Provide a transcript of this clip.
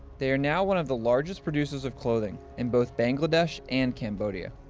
they are now one of the largest producers of clothing in both bangladesh and cambodia.